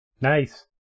Nice